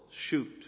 shoot